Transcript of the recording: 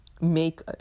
make